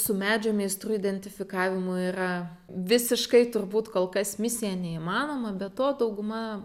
su medžio meistrų identifikavimu yra visiškai turbūt kol kas misija neįmanoma be to dauguma